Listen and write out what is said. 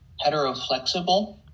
heteroflexible